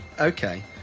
okay